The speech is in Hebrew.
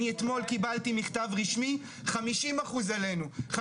אני אתמול קיבלתי מכתב רשמי 50 אחוז עלינו,